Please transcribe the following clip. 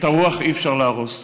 את הרוח אי-אפשר להרוס.